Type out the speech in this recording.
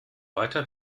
weiter